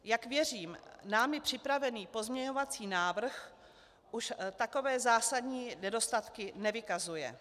Jak věřím, námi připravený pozměňovací návrh už takové zásadní nedostatky nevykazuje.